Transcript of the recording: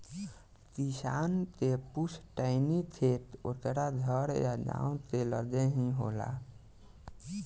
किसान के पुस्तैनी खेत ओकरा घर या गांव के लगे ही होला